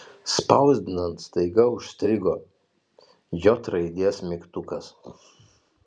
spausdinant staiga užstrigo j raidės mygtukas